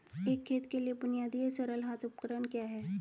एक खेत के लिए बुनियादी या सरल हाथ उपकरण क्या हैं?